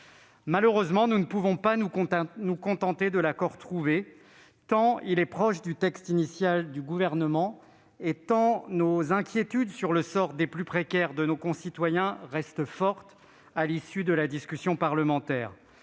Malheureusement, nous ne pouvons pas nous en contenter, tant le texte issu des travaux de la CMP est proche du projet de loi initial du Gouvernement, et tant nos inquiétudes sur le sort des plus précaires de nos concitoyens restent fortes à l'issue de la discussion parlementaire.